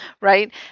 right